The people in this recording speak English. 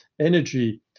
energy